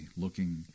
looking